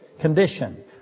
condition